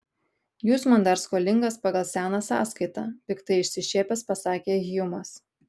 jūs man dar skolingas pagal seną sąskaitą piktai išsišiepęs pasakė hjumas